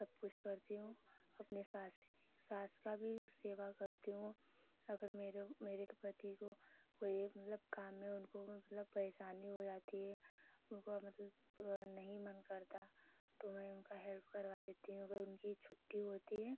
सबकुछ करती हूँ अपनी सास सास की भी सेवा करती हूँ अगर मेरे मेरे पति को कोई मतलब काम में उनको मतलब परेशानी हो जाती है उनको अब मतलब नहीं मन करता तो मैं उनकी हेल्प करवा देती हूँ कभी उनकी छुट्टी होती है